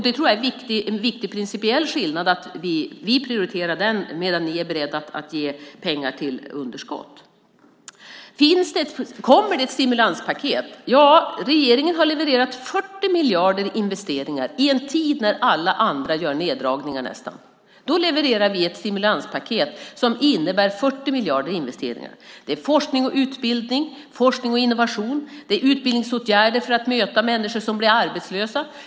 Det är en viktig principiell skillnad att vi prioriterar den medan ni är beredda att ge pengar till att täcka underskott. Kommer det ett stimulanspaket? Regeringen har levererat 40 miljarder i investeringar i en tid när nästan alla andra gör neddragningar. Då levererar vi ett stimulanspaket som innebär 40 miljarder i investeringar. Det är forskning och utbildning. Det är forskning och innovation. Det är utbildningsåtgärder för att möta människor som blir arbetslösa.